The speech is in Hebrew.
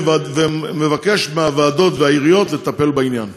ומבקש מהוועדות ומהעיריות לטפל בעניין.